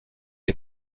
est